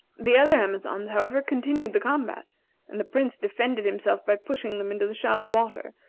the other amazons, however, continued the combat and the prince defended himself by pushing them into the shallow water,